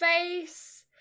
face